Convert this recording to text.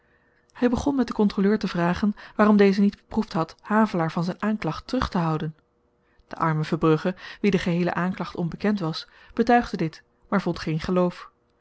hy begon met den kontroleur te vragen waarom deze niet beproefd had havelaar van zyn aanklacht terugtehouden de arme verbrugge wien de geheele aanklacht onbekend was betuigde dit maar vond geen geloof